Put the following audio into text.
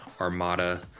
Armada